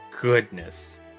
goodness